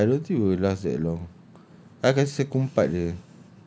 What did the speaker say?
ya but I don't think we will last that long I rasa pukul empat jer